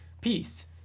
peace